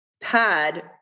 pad